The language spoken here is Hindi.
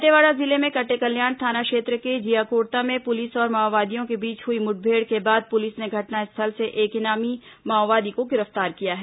दंतेवाड़ा जिले में कटेकल्याण थाना क्षेत्र के जियाकोड़ता में पुलिस और माओवादियों के बीच हुई मुठभेड़ के बाद पुलिस ने घटनास्थल से एक इनामी माओवादी को गिरफ्तार किया है